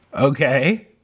Okay